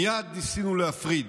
מייד ניסינו להפריד,